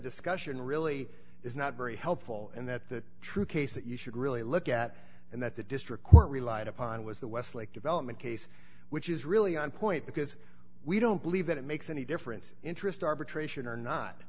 discussion really is not very helpful and that the true case that you should really look at and that the district court relied upon was the westlake development case which is really on point because we don't believe that it makes any difference interest arbitration or not